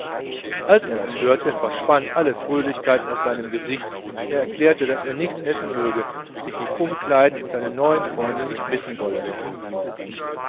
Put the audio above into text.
als er das hörte verschwand alle fröhlichkeit aus seinem gesicht er erklärte daß er nichts essen möge sich nicht umkleiden und seine neuen freunde nicht missen wolle